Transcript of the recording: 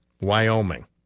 Wyoming